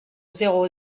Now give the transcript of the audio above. zéro